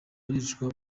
babarirwa